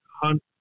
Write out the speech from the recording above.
hunt